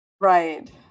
Right